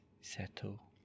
settle